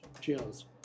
Cheers